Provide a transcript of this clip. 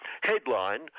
Headline